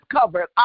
covered